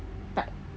tak